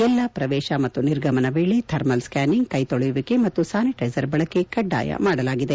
ಎಲ್ಲಾ ಶ್ರವೇಶ ಮತ್ತು ನಿರ್ಗಮನ ವೇಳೆ ಥರ್ಮಲ್ ಸ್ನಾನಿಂಗ್ ಕ್ಲೆತೊಳೆಯುವಿಕೆ ಮತ್ತು ಸ್ಲಾನಿಟ್ಲೆಸರ್ ಬಳಕೆ ಕಡ್ಡಾಯ ಮಾಡಲಾಗಿದೆ